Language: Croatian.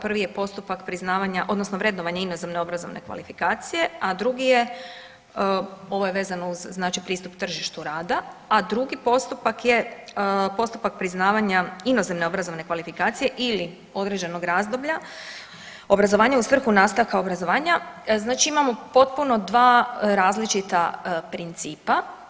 Prvi je postupak priznavanja odnosno vrednovanja inozemne obrazovne kvalifikacije, a drugi je, ovo je vezano uz znači pristup tržištu rada, a drugi postupak je postupak priznavanja inozemne obrazovne kvalifikacije ili određenog razdoblja, obrazovanje u svrhu nastavka obrazovanjam znači imamo potpuno dva različita principa.